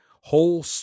whole